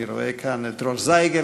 אני רואה כאן את דרור זייגרמן,